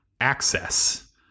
access